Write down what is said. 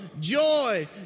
joy